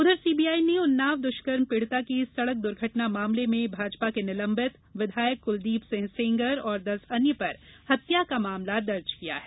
उधर सीबीआई ने उन्नाव दुष्कर्म पीड़िता की सड़क दुर्घटना मामले में भाजपा के निलम्बित विधायक कुलदीप सिंह सेंगर और दस अन्य पर हत्या का मामले दर्ज किया है